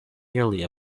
merely